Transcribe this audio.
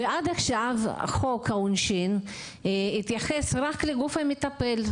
ועד עכשיו חוק העונשין התייחס רק לגוף המטפל.